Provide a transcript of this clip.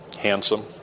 Handsome